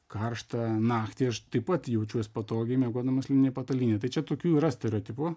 karštą naktį aš taip pat jaučiuos patogiai miegodamas lininėj patalynėj tai čia tokių yra stereotipų